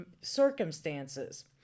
circumstances